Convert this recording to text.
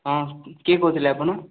ହଁ କିଏ କହୁଥିଲେ ଆପଣ